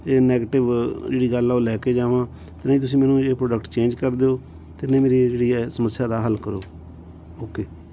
ਇਹ ਨੈਗਟਿਵ ਜਿਹੜੀ ਗੱਲ ਆ ਉਹ ਲੈ ਕੇ ਜਾਵਾਂ ਜਿਹੜੇ ਤੁਸੀਂ ਮੈਨੂੰ ਇਹ ਪ੍ਰੋਡਕਟ ਚੇਂਜ ਕਰ ਦਿਓ ਅਤੇ ਨਹੀਂ ਮੇਰੀ ਇਹ ਜਿਹੜੀ ਹੈ ਸਮੱਸਿਆ ਦਾ ਹੱਲ ਕਰੋ ਓਕੇ